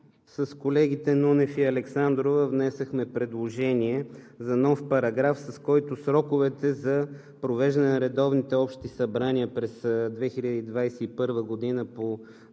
С колегите Нунев и Александрова внесохме предложение за нов параграф, с който сроковете за провеждане на редовните общи събрания през 2021 г. по